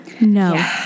No